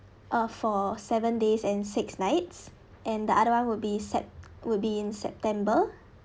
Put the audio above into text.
uh for seven days and six nights and the other one would be sep~ would be in september